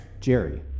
Jerry